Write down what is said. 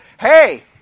hey